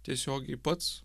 tiesiogiai pats